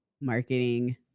marketing